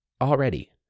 already